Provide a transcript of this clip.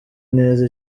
neza